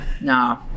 no